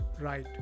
right